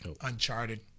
Uncharted